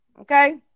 Okay